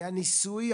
הרבה אנשים קיבלו מענה.